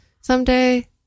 someday